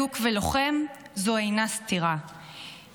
יהודי אדוק ולוחם אינו סתירה,